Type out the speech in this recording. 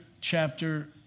chapter